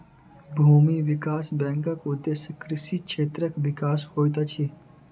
भूमि विकास बैंकक उदेश्य कृषि क्षेत्रक विकास होइत अछि